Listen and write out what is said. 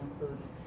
includes